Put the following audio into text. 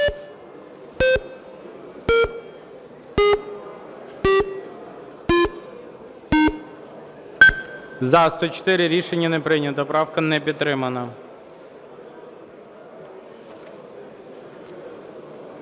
За-104 Рішення не прийнято. Правка не підтримана.